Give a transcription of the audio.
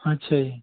ਅੱਛਾ ਜੀ